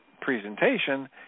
presentation